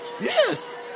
Yes